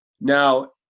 Now